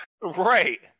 right